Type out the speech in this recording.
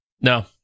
No